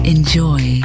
Enjoy